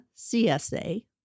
CSA